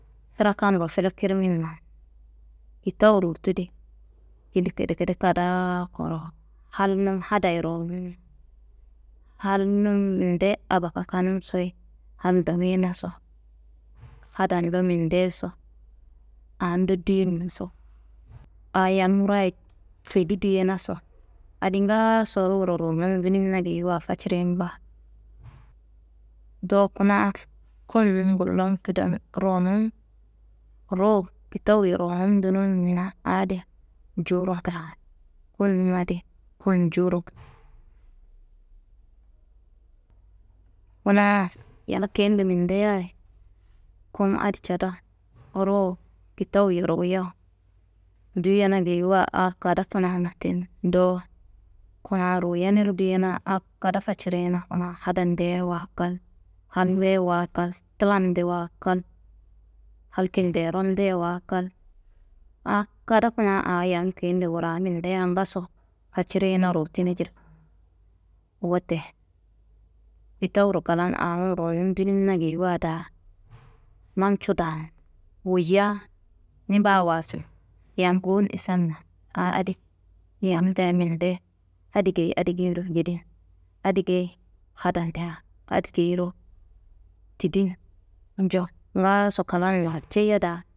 Kra kamburo filekirminna. Kitawu ruwutudi jiri gedegede kadaa kuro, halnum hadaye runumin, halnum mindeye aba kakanum soyi hal doyinaso, hadanum mindeyeso, aa ndo duyonnaso, aa yam wurayi codu duyenaso adi ngaaso ruwuro runum dunimina geyiwa facirin baa. Do kuna kulnum gullum kidamuyi ruwunum, ruwu kitawuye runum dunuminna aa di jowuro ngla. Kulnum adi kul njowuro. Kuna yal keyende mindeyayi kom adi cada ruwu kitawuye ruwuya duyena geyiwa aa kadaa kuna nottin dowo, kuna ruyenero duyana aa kadaa facirina, kuna hadandeyewa kal, halndewa kal, tlamndewa kal, hal kinderondewa kal, aa kada kuna aa yal keyende wuraa mindeya ngaso facirina ruwutina jir. Wote kitawuro klan anun ruwunum dunimina geyiwa daa namcu daan, woyiya ni bawaso yam ngowon isanna aa adi yamndea minde adi geyi adi geyiro jedin, adi geyi hadandea adi geyiro tidinco ngaaso klan larceyiya daa.